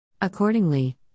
Accordingly